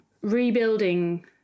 Rebuilding